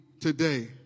today